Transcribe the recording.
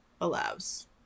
allows